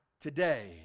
today